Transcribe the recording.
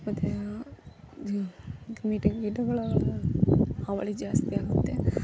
ಮತ್ತು ಕ್ರಿಮಿ ಕೀಟಗಳು ಅವುಗಳ ಹಾವಳಿ ಜಾಸ್ತಿ ಆಗುತ್ತೆ